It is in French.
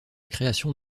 création